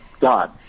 God